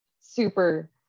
super